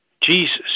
Jesus